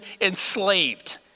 enslaved